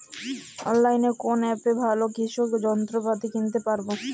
অনলাইনের কোন অ্যাপে ভালো কৃষির যন্ত্রপাতি কিনতে পারবো?